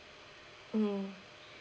mm